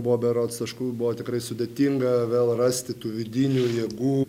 buvo berods taškų buvo tikrai sudėtinga vėl rasti tų vidinių jėgų